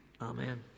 amen